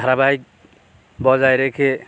ধারাবাহিক বজায় রেখে